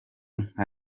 nka